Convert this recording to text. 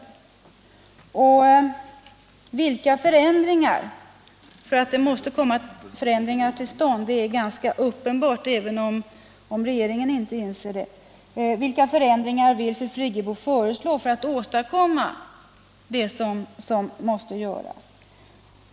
Jag vill också fråga: Vilka förändringar — för det är ganska uppenbart att det måste komma förändringar till stånd även om inte regeringen inser det — vill fru Friggebo föreslå för att åstadkomma det som måste göras?